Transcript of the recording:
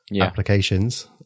applications